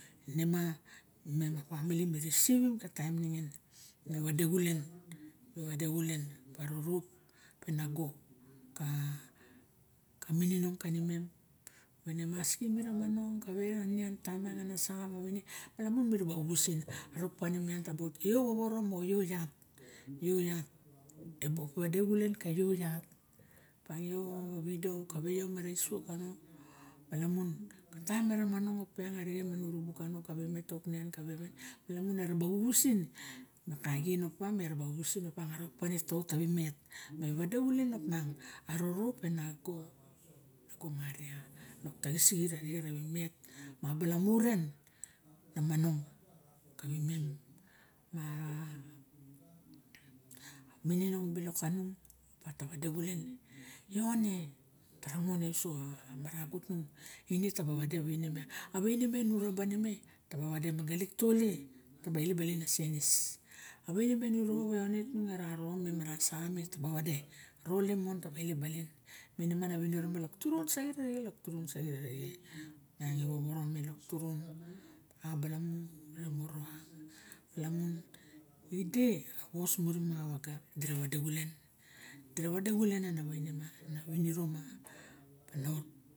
Nema ime pamili mu risiwis ka taim ingin me wade xulen me wade xulen a rop pe nago ka ka mininong kani mem maski mina maneng kave man taim moxa saxa ma waine ma lamun mira ba wuwusin arauk paine miang taba ot io buk pade xulen mo io iat e buk pade xulen opiang io wido kawe io ma raisuok kana lamun tai era manong opiang arixem rubuk kana kave met ta uk nian lamun era ba wuwusin ma kaien opa auk paine sa ot tawernet ona roiop pe nago maria lok taxisixit arixe tawi met na manong kawimem ma mininong silok kanung opa ta wade xulen ione? Wade magalik tole taba ilep baling a senis a waine miarg nu rop ione